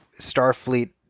Starfleet